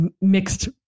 mixed